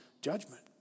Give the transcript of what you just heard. judgment